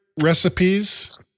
recipes